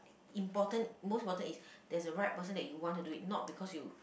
important most important is that's the right person you want to do it not because you